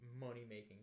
money-making